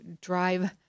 drive